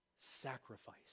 Sacrifice